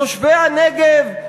תושבי הנגב,